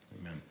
amen